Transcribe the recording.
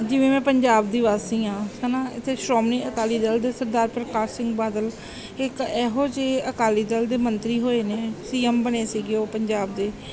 ਜਿਵੇਂ ਮੈਂ ਪੰਜਾਬ ਦੀ ਵਾਸੀ ਹਾਂ ਹੈ ਨਾ ਇੱਥੇ ਸ਼੍ਰੋਮਣੀ ਅਕਾਲੀ ਦਲ ਦੇ ਸਰਦਾਰ ਪ੍ਰਕਾਸ਼ ਸਿੰਘ ਬਾਦਲ ਇੱਕ ਇਹੋ ਜਿਹੇ ਅਕਾਲੀ ਦਲ ਦੇ ਮੰਤਰੀ ਹੋਏ ਨੇ ਸੀ ਐੱਮ ਬਣੇ ਸੀਗੇ ਉਹ ਪੰਜਾਬ ਦੇ